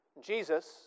Jesus